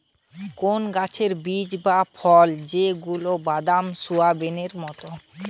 কোন গাছের বীজ বা ফল যেগুলা বাদাম, সোয়াবেনেই মতোন